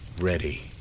Ready